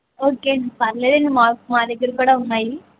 okay అండి పర్లేదండి మా దగ్గర కూడా ఉన్నాయి